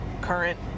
current